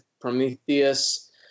Prometheus